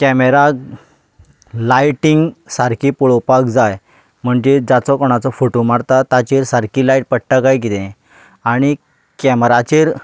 camera lighting सारकी पळोवपाक जाय म्हणजे जाचो कोणाचो फोटो मारतात ताचेर सारकी लायट पडटा काय किदें आनीक कॅमेराचेर